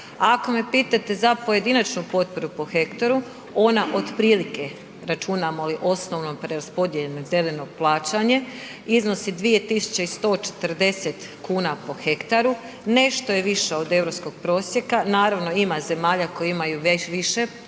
Ako me pitate za pojedinačnu potporu po hektaru, ona otprilike, računamo li osnovno preraspodijeljeno .../nerazumljivo/... plaćanje, iznosi 2140 kn po hektaru. Nešto je više od EU prosjeka, naravno, ima zemalja koje imaju više potpore